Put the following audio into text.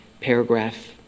paragraph